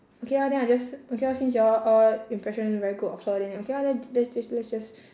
okay lor then I just okay lor since y'all all impression very good of her then okay lor then let's just let's just